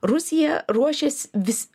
rusija ruošias vis